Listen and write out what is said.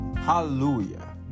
Hallelujah